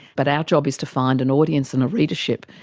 but our job is to find an audience and a readership,